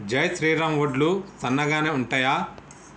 జై శ్రీరామ్ వడ్లు సన్నగనె ఉంటయా?